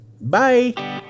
Bye